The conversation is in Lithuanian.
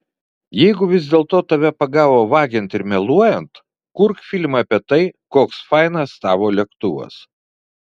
jeigu vis dėl to tave pagavo vagiant ir meluojant kurk filmą apie tai koks fainas tavo lėktuvas